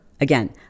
Again